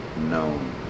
known